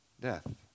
death